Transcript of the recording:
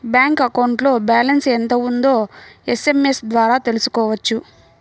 bank అకౌంట్లో balance ఎంత ఉందో ఎస్ఎంఎస్ ద్వారా తెలుసుకోవచ్చు